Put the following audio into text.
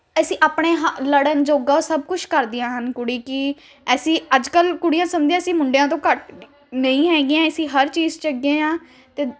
ਅਸੀਂ ਆਪਣੇ ਹਾ ਲੜਨ ਜੋਗਾ ਸਭ ਕੁਛ ਕਰਦੀਆਂ ਹਨ ਕੁੜੀ ਕਿ ਅਸੀਂ ਅੱਜ ਕੱਲ੍ਹ ਕੁੜੀਆਂ ਸਮਝਦੀਆਂ ਅਸੀਂ ਮੁੰਡਿਆਂ ਤੋਂ ਘੱਟ ਨਹੀਂ ਹੈਗੀਆਂ ਅਸੀਂ ਹਰ ਚੀਜ਼ 'ਚ ਅੱਗੇ ਹਾਂ ਅਤੇ